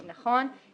נכון.